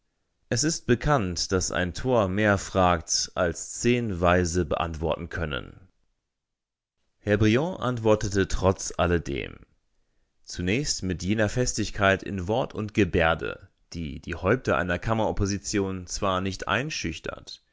es ist bekannt daß ein tor mehr fragt als zehn weise beantworten können herr briand antwortete trotz alledem zunächst mit jener festigkeit in wort und gebärde die die häupter einer kammeropposition zwar nicht einschüchtert